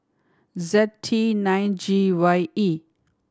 Z T nine G Y E